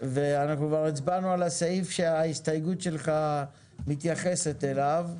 אנחנו כבר הצבענו על הסעיף שההסתייגות שלך מתייחסת אליו.